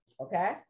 okay